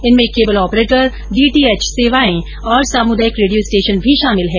इनमें cable operator DTH सेवाएं और सामुदायिक रेडियो स्टेशन भी शामिल है